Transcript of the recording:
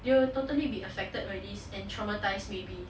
you will totally be affected by this and traumatised maybe